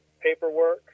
paperwork